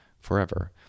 forever